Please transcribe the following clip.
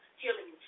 healing